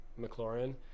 McLaurin